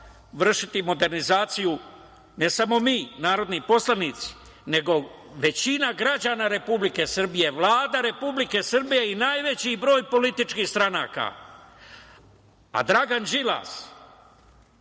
vršiti modernizaciju, ne samo mi narodni poslanici, nego većina građana Republike Srbije, Vlada Republike Srbije i najveći broj političkih stranaka, a Dragan Đilas